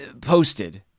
posted